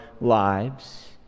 lives